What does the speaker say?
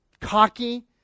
cocky